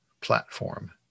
platform